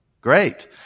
Great